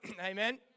Amen